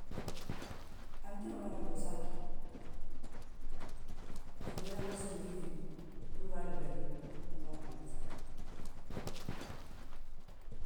Antiimbi mada luusa, gilla aluus ma gítini, ndu uga hali fladí, unga hala aluuse.